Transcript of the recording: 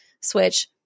Switch